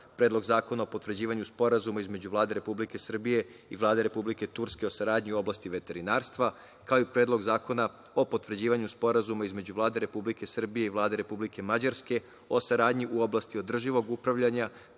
Predlog zakona o potvrđivanju Sporazuma između Vlade Republike Srbije i Vlade Republike Turske o saradnji u oblasti veterinarstva, kao i Predlog zakona o potvrđivanju Sporazuma između Vlade Republike Srbije i Vlade Republike Mađarske o saradnji u oblasti održivog upravljanja